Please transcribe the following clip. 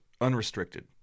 unrestricted